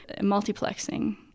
multiplexing